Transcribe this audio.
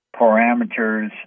parameters